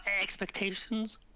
expectations